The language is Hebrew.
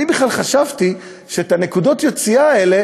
אני בכלל חשבתי שאת נקודות היציאה האלה